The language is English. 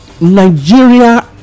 nigeria